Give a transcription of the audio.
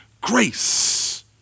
grace